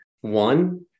one